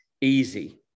easy